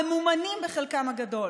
ממומנים בחלקם הגדול.